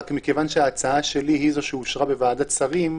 מכיוון שההצעה שלי היא זו שאושרה בוועדת שרים,